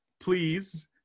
please